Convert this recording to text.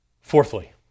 Fourthly